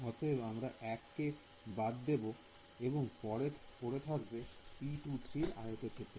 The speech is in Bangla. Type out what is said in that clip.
অতএব আমরা 1 কে বাদ দেব এবং পড়ে থাকবে P23 র আয়তক্ষেত্র